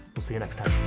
we'll see ya next time.